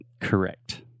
Correct